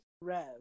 Rev